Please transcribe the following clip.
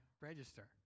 register